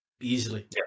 easily